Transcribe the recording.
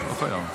לא חייבים.